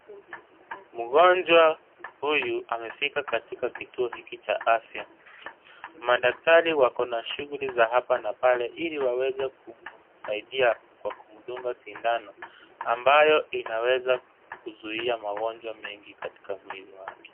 Mgonjwa huyu amefika katika kituo hiki cha afya. Madaktari wako na shughuli za hapa na pale ili waweze kumsaidia kwa kumdunga sindano ambayo inaweza kuzuia magonjwa mengi katika mwili wake.